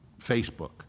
Facebook